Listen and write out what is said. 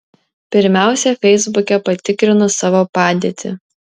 pirmiausia feisbuke patikrinu savo padėtį